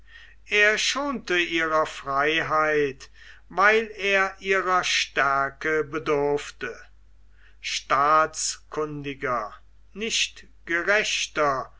er schonte ihrer freiheit weil er ihrer stärke bedurfte staatskundiger nicht gerechter